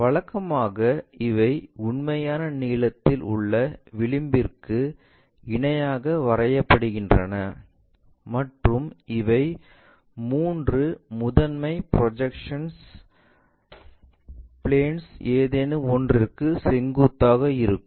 வழக்கமாக இவை உண்மையான நீளத்தில் உள்ள விளிம்பிற்கு இணையாக வரையப்படுகின்றன மற்றும் இவை மூன்று முதன்மை ப்ரொஜெக்ஷன்ஸ் பிளேன்ஸ் ஏதேனும் ஒன்றுக்கு செங்குத்தாக இருக்கும்